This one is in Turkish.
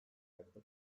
ayakta